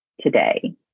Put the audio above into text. today